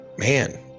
Man